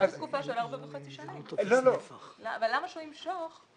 גם אם הם יסכימו.